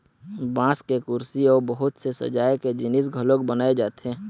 बांस के कुरसी अउ बहुत से सजाए के जिनिस घलोक बनाए जाथे